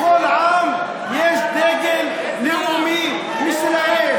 לכל עם יש דגל לאומי משלו.